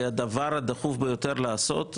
הדחוף ביותר לעשות,